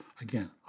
Again